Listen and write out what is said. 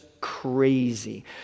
crazy